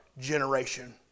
generation